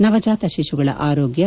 ನವಜಾತ ಶಿಶುಗಳ ಆರೋಗ್ಭ